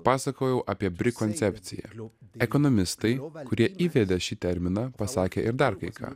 pasakojau apie bri koncepciją ekonomistai kurie įvedė šį terminą pasakė ir dar kai ką